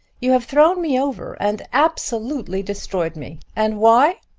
you have thrown me over and absolutely destroyed me and why?